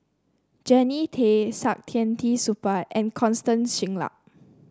Jannie Tay Saktiandi Supaat and Constance Singam